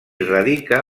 radica